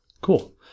Cool